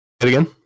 again